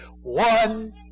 one